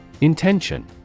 Intention